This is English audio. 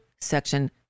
Section